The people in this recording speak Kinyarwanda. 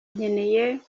nkeneye